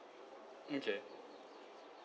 okay